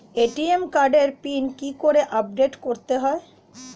ATM কার্ডের pin কি করে আপডেট করতে হয়?